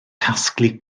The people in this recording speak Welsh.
casglu